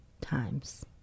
times